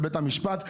לא ביום האחרון.